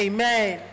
Amen